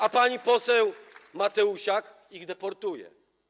A pani poseł Mateusiak ich deportuje.